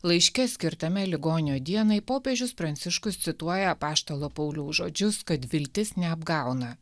laiške skirtame ligonio dienai popiežius pranciškus cituoja apaštalo pauliaus žodžius kad viltis neapgauna